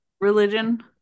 religion